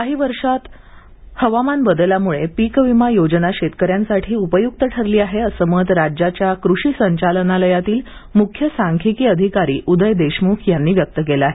काही वर्षात हवामान बदलामुळे पीक विमा योजना शेतकऱ्यांसाठी उपय्क्त ठरली आहे असं मत राज्याच्या कृषी संचालनालयातील मुख्य सांख्यिकी अधिकारी उदय देशमुख यांनी व्यक्त केलं आहे